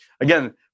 Again